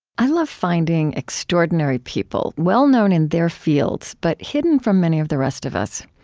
i love finding extraordinary people, well-known in their fields but hidden from many of the rest of us.